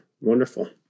Wonderful